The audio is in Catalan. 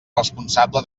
responsable